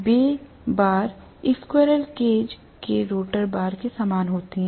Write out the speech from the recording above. वे bar squirrel cage के rotor bar के समान होती हैं